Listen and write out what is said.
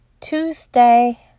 Tuesday